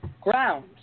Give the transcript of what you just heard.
ground